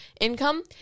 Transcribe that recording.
income